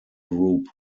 group